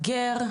למגר,